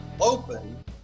open